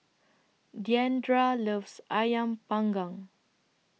Diandra loves Ayam Panggang